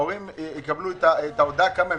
ההורים יקבלו את ההודעה על דרגה,